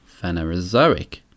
Phanerozoic